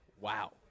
Wow